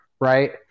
right